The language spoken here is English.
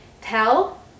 tell